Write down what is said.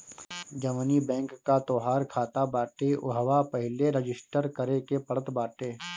जवनी बैंक कअ तोहार खाता बाटे उहवा पहिले रजिस्टर करे के पड़त बाटे